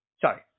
Sorry